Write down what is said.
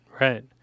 right